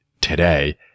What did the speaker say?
today